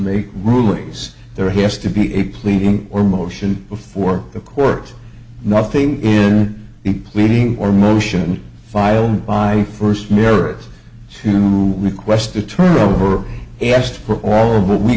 make rulings there has to be a pleading or motion before the court nothing in the pleading or motion filed by first merits to move request to turn over asked for all of what we